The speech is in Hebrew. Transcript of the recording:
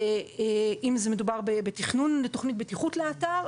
אם מדובר בתכנון תכנית בטיחות לאתר,